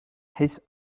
his